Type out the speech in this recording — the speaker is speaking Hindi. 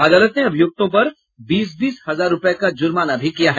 अदालत ने अभियुक्तों पर बीस बीस हजार रुपये का जुर्माना भी किया है